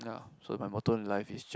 ya so my motto in life is just